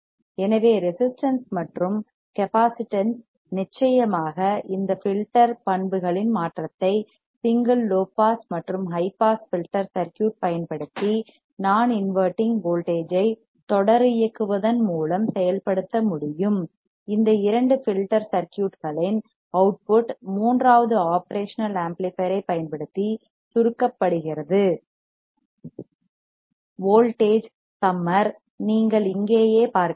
எனவே ரெசிஸ்டன்ஸ் மற்றும் கெப்பாசிட்டன்ஸ் நிச்சயமாக இந்த ஃபில்டர் பண்புகளின் மாற்றத்தை சிங்கிள் லோ பாஸ் மற்றும் ஹை பாஸ் ஃபில்டர் சர்க்யூட் பயன்படுத்தி நான் இன்வெர்ட்டிங் வோல்டேஜைத் தொடரியக்குவதன் மூலம் செயல்படுத்த முடியும் இந்த இரண்டு ஃபில்டர் சர்க்யூட்களின் அவுட்புட் மூன்றாவது ஒப்ரேஷனல் ஆம்ப்ளிபையர் ஐப் பயன்படுத்தி சுருக்கப்படுகிறது வோல்ட்டேஜ் சம்மர் நீங்கள் இங்கேயே பார்க்கலாம்